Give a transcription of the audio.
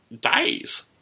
days